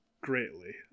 greatly